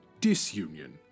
disunion